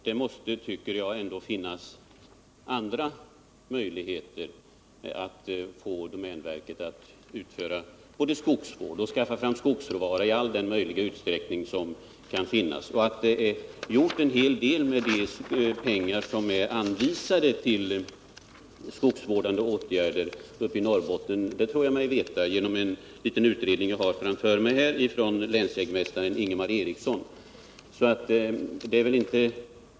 Det måste, enligt min mening, ändå finnas andra möjligheter att få domänverket att utföra skogsvård och skaffa skogsråvara i den utsträckning som är tänkbar. Det har också gjorts en hel del i Norrbotten med de pengar som anvisats för skogsvårdande åtgärder. Det tror jag mig veta, eftersom jag framför mig har en liten utredning av länsjägmästaren Ingemar Eriksson.